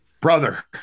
Brother